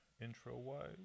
intro-wise